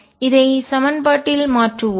இதை சமன்பாட்டில் மாற்றுவோம்